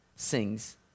sings